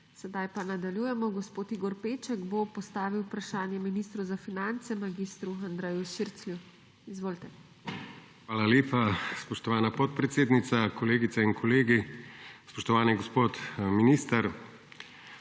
Sedaj pa nadaljujemo. Gospod Igor Peček bo postavil vprašanje ministru za finance mag. Andreju Širclju. Izvolite. IGOR PEČEK (PS LMŠ): Hvala lepa, spoštovana podpredsednica. Kolegice in kolegi, spoštovani gospod minister!